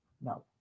No